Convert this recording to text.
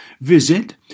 Visit